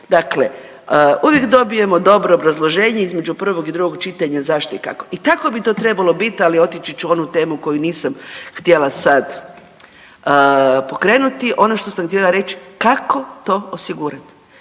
Dakle, uvijek dobijemo dobro obrazloženje između prvog i drugog čitanja zašto i kako i tako bi to trebalo biti, ali otići ću u onu temu koju nisam htjela sad pokrenuti. Ono što sam htjela reći kako to osigurati,